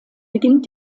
beginnt